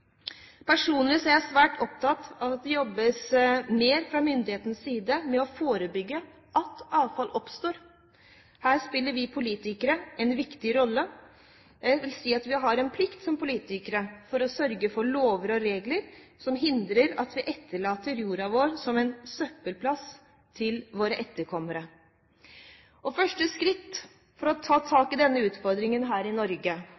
Personlig er jeg svært opptatt av at det jobbes mer fra myndighetenes side med å forebygge at avfall oppstår. Her spiller vi politikere en viktig rolle, og jeg vil si at vi som politikere har en plikt til å sørge for lover og regler som kan hindre at vi etterlater jorda vår som en søppelplass til våre etterkommere. Første skritt for å ta tak i denne utfordringen her i Norge